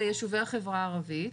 זה יישובי החברה הערבית,